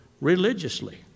religiously